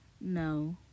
no